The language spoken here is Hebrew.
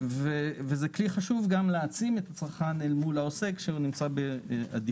וזה כלי חשוב גם להעצים את הצרכן אל מול העוסק שנמצא בעדיפות.